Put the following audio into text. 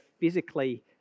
physically